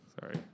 Sorry